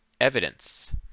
evidence